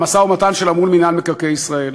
במשא-ומתן שלה מול מינהל מקרקעי ישראל.